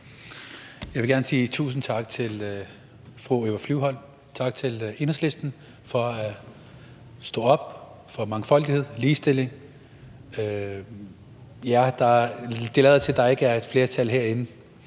Jeg vil gerne sige tusind tak til fru Eva Flyvholm. Tak til Enhedslisten for at stå op for mangfoldighed og ligestilling. Det lader til, at der ikke er et flertal herinde,